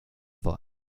for